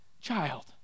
child